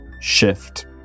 shift